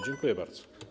Dziękuję bardzo.